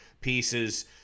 pieces